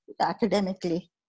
academically